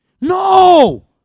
No